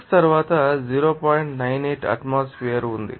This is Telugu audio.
98 ఆటోమాస్ఫెర్ ం ఉంది